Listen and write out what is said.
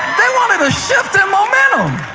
they wanted a shift in momentum.